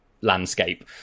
landscape